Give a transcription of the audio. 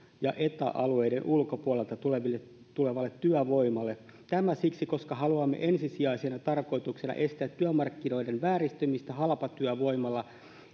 ja eta alueiden ulkopuolelta tulevalle tulevalle työvoimalle tämä siksi että haluamme ensisijaisena tarkoituksena estää työmarkkinoiden vääristymistä halpatyövoimalla